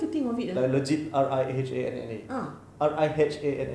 like legit rihanna rihanna exactly